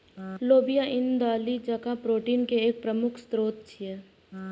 लोबिया ईन दालि जकां प्रोटीन के एक प्रमुख स्रोत छियै